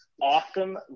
awesome